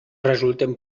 resulten